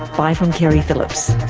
bye from keri phillips